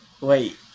Wait